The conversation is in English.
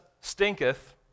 stinketh